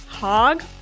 Hog